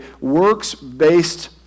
works-based